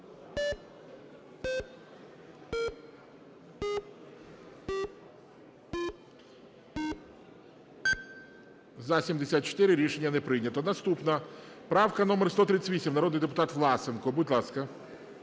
За-74 Рішення не прийнято. Наступна правка номер 138, народний депутат Власенко. Будь ласка.